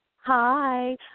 Hi